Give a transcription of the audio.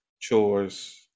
chores